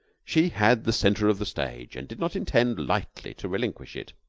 she had the center of the stage, and did not intend lightly to relinquish it.